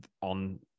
on